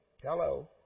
Hello